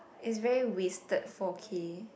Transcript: it's very wasted four K